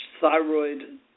thyroid